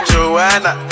Joanna